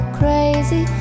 crazy